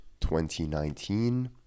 2019